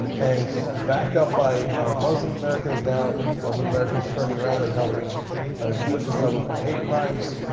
and so backed up by muslim americans. now muslim america is turning around and helping jews recover from hate crimes.